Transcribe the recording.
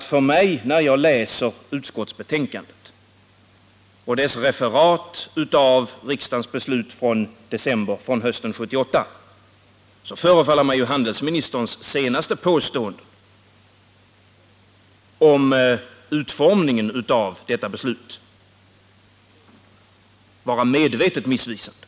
Det förefaller mig när jag läser utskottsbetänkandets referat av riksdagens beslut från hösten 1978 som om handelsministerns senaste påstående om utformningen av detta beslut var medvetet missvisande.